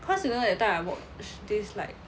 because you know that time I watch this like